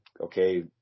okay